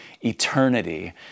eternity